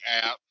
app